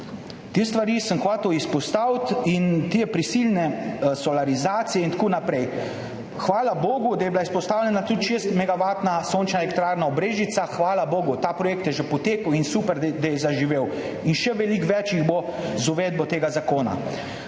Te stvari sem hotel izpostaviti, te prisilne solarizacije in tako naprej. Hvala bogu, da je bila izpostavljena tudi 6-megavatna sončna elektrarna v Brežicah, hvala bogu. Ta projekt je že potekel in super, da je zaživel in še veliko več jih bo z uvedbo tega zakona.